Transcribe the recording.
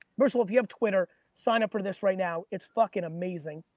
first of all, if you have twitter sign up for this right now, it's fucking amazing.